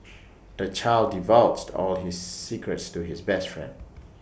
the child divulged all his secrets to his best friend